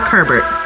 Herbert